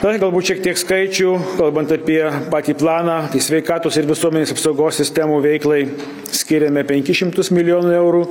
tai galbūt šiek tiek skaičių kalbant apie patį planą tai sveikatos ir visuomenės apsaugos sistemų veiklai skiriame penkis šimtus milijonus eurų